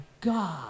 God